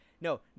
no